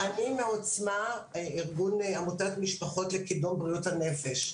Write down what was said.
מ'עוצמה', ארגון עמותת משפחות לקידום בריאות הנפש.